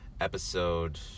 episode